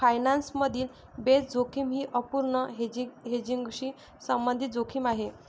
finance मधील base जोखीम ही अपूर्ण हेजिंगशी संबंधित जोखीम आहे